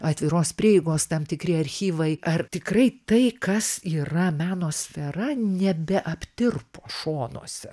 atviros prieigos tam tikri archyvai ar tikrai tai kas yra meno sfera nebeaptirpo šonuose